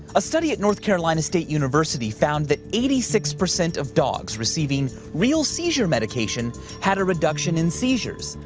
a study at north carolina state university found that eighty six percent of dogs receiving real seizure medication had a reduction in seizures,